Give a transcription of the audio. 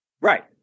right